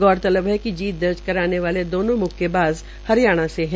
गौरतलब है कि जीत दर्ज कराने वाली दोनों म्क्केबाज़ हरियाणा से है